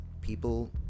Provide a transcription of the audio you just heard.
people